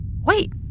Wait